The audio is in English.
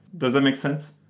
does that make sense?